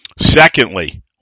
Secondly